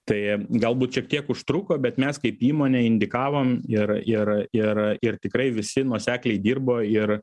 tai galbūt šiek tiek užtruko bet mes kaip įmonė indikavom ir ir ir ir tikrai visi nuosekliai dirbo ir